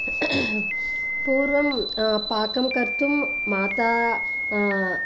पूर्वं पाकं कर्तुं माता